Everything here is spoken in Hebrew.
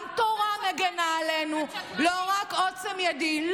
גם תורה מגינה עלינו, לא רק עוצם ידי.